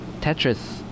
Tetris